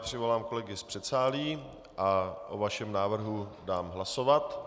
Přivolám kolegy z předsálí a o vašem návrhu dám hlasovat.